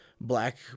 black